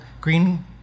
Green